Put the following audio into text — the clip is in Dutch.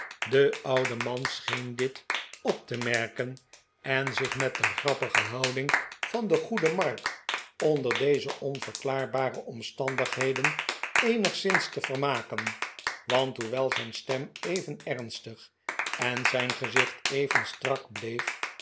de oude man scheen dit op te merken en zich met de grappige houding van den goeden mark onder deze onverklaarbare omstandigheden eenigszins te vermaken want hoewel zijn stem even ernstig en zijn gezicht even strak bleef